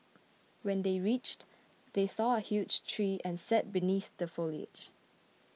when they reached they saw a huge tree and sat beneath the foliage